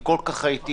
כל כך הייתי